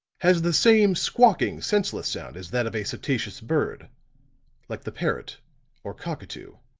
has the same squawking, senseless sound as that of a psittaceous bird like the parrot or cockatoo.